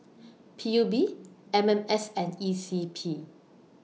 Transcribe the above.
P U B M M S and E C P